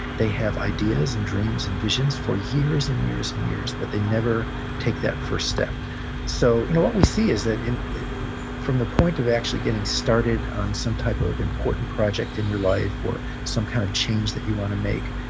they have ideas, and dreams, and visions for years, and years, and years, but they never take that first step so you know, what we see is that from the point of actually getting started on some type of important project in your life, or some kind of change that you want to make,